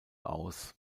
aus